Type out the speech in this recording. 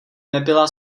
nebyla